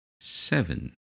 seven